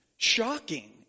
Shocking